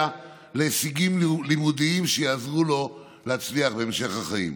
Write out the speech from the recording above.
להישגים לימודיים שיעזרו לו להצליח בהמשך החיים.